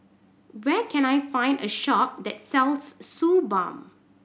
where can I find a shop that sells Suu Balm